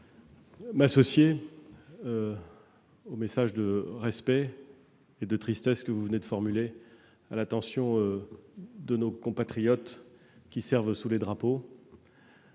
m'associer au message de respect et de tristesse que vous venez de formuler, à l'intention de nos compatriotes qui servent sous les drapeaux,